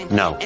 no